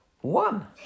one